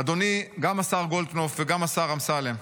אדוני, גם השר גולדקנופ וגם השר אמסלם,